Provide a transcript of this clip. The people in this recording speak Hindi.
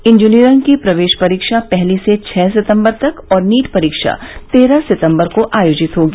इंजीनियरिंग की प्रवेश परीक्षा पहली से छः सितंबर तक और नीट परीक्षा तेरह सितंबर को आयोजित होंगी